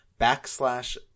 backslash